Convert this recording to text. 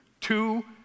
two